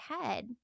head